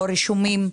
או רישומים,